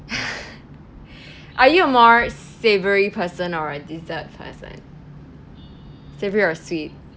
are you a more savory person or a dessert person savour or sweet